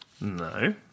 No